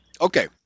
Okay